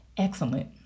Excellent